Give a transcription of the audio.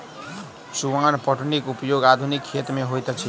चुआन पटौनीक उपयोग आधुनिक खेत मे होइत अछि